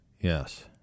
Yes